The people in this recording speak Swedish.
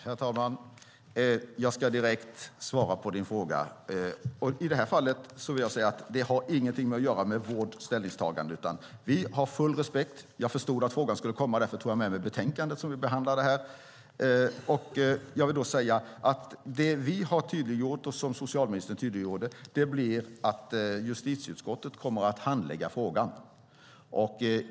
Herr talman! Jag ska direkt svara på Lena Hallengrens fråga. I det här fallet har det ingenting att göra med vårt ställningstagande. Jag förstod att frågan skulle komma. Därför tog jag med mig betänkandet där frågan behandlas. Det vi och socialministern har tydliggjort är att justitieutskottet kommer att handlägga frågan.